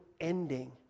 ending